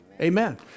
Amen